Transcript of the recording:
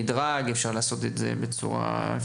אפשר לעשות את זה על פי מדרג,